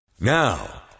Now